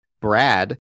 Brad